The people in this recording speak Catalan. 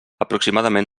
aproximadament